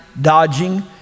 dodging